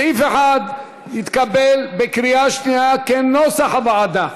סעיף 1 התקבל בקריאה שנייה בנוסח הוועדה.